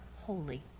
holy